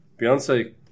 Beyonce